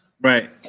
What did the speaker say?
Right